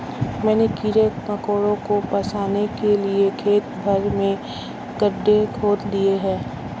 मैंने कीड़े मकोड़ों को फसाने के लिए खेत भर में गड्ढे खोद दिए हैं